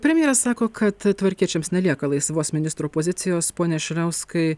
premjeras sako kad tvarkiečiams nelieka laisvos ministro pozicijos pone širauskai